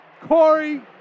Corey